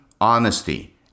honesty